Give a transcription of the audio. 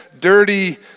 dirty